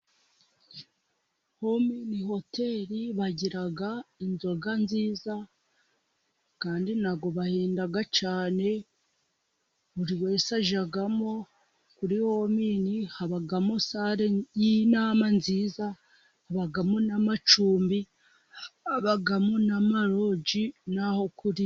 Omini ni hoteri bagira inzoga nziza, kandi natabwo bahenda cyane, buri wese ajyamo, kuri omini habamo sare y'inama nziza, habamo n'amacumbi, habamo n'amaroji ,naho kurira.